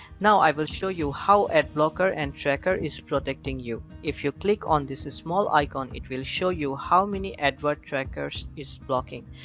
now i will show you how ad blocker and tracker is protecting you. if you click on this small icon, it will show you how many advert trackers is blocking.